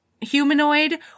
humanoid